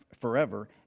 forever